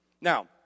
Now